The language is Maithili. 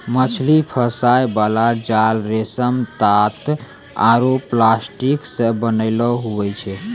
मछली फसाय बाला जाल रेशम, तात आरु प्लास्टिक से बनैलो हुवै छै